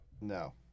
No